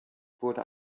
wurde